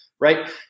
Right